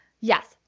Yes